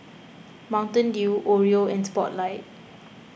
Mountain Dew Oreo and Spotlight